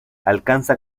alcanza